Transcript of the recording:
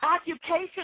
occupation